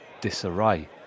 disarray